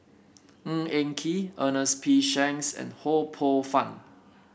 Ng Eng Kee Ernest P Shanks and Ho Poh Fun